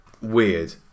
weird